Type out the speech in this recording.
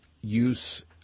use